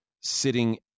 sitting